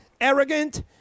arrogant